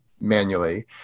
manually